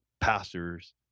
pastors